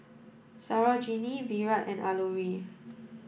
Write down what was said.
Sarojini Virat and Alluri